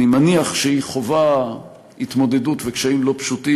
אני מניח שהיא חווה התמודדות וקשיים לא פשוטים.